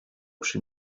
przy